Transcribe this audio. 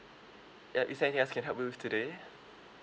ya is there anything else can help you with today